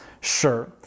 sure